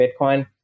Bitcoin